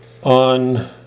on